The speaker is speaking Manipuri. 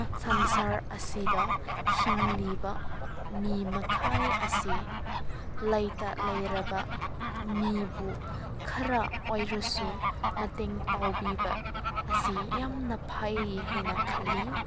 ꯁꯪꯁꯥꯔ ꯑꯁꯤꯗ ꯍꯤꯡꯂꯤꯕ ꯃꯤ ꯃꯈꯩ ꯑꯁꯤ ꯂꯩꯇ ꯂꯥꯏꯔꯕ ꯃꯤꯕꯨ ꯈꯔ ꯑꯣꯏꯔꯁꯨ ꯃꯇꯦꯡ ꯇꯧꯕꯤꯕ ꯑꯁꯤ ꯌꯥꯝꯅ ꯐꯩ ꯍꯥꯏꯅ ꯈꯜꯂꯤ